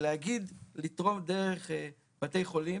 להגיד לתרום דרך בתי חולים